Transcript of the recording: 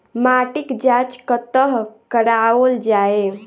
माटिक जाँच कतह कराओल जाए?